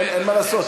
אין מה לעשות.